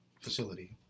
facility